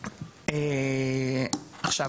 עכשיו,